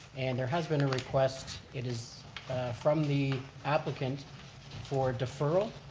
and there has been a request. it is from the applicant for deferral.